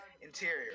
Interior